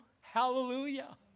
Hallelujah